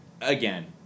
again